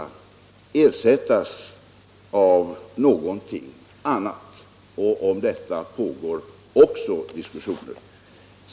Också om detta pågår diskussioner.